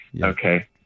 Okay